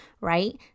right